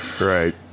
Right